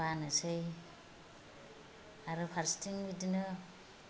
बानोसै आरो फारसेथिं बिदिनो